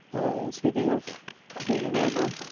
speaking of being a neighbor,